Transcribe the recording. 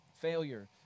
failure